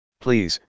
Please